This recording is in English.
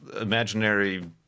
imaginary